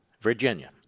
Virginia